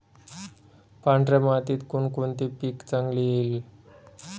पांढऱ्या मातीत कोणकोणते पीक चांगले येईल?